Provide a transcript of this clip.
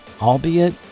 albeit